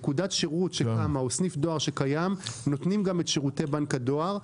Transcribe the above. נקודת שירות או סניף דואר שקיים נותנים גם את שירותי בנק הדואר.